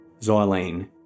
xylene